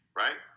right